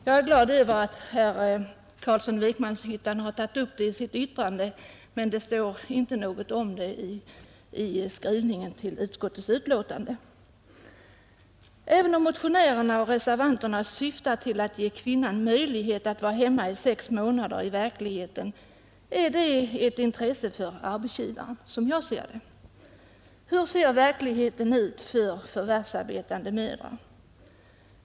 Jag är glad över att herr Carlsson i Vikmanshyt tan tagit upp den saken i sitt anförande, men det står inte något om det i Nr 66 den alternativa skrivningen till utskottets betänkande. Onsdagen den Även om motionärerna och reservanterna syftar till att ge kvinnan 2] april 1971 möjlighet att vara hemma i sex månader, är det som jag ser det i realiteten fråga om ett intresse för arbetsgivaren. Hur ser verkligheten ut Reglerna för för förvärvsarbetande mödrar?